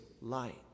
light